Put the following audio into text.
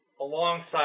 alongside